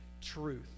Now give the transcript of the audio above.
truth